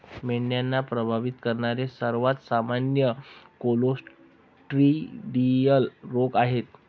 मेंढ्यांना प्रभावित करणारे सर्वात सामान्य क्लोस्ट्रिडियल रोग आहेत